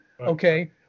okay